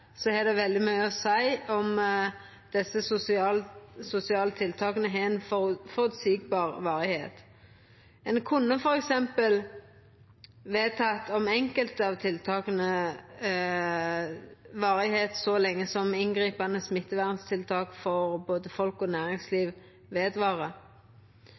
har det veldig mykje å seia om desse sosiale tiltaka har ei føreseieleg varigheit. Ein kunne f.eks. for enkelte av tiltaka ha vedteke at dei skulle vara så lenge som inngripande smitteverntiltak for både folk og